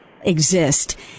exist